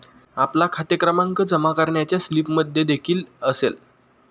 आपला खाते क्रमांक जमा करण्याच्या स्लिपमध्येदेखील असेल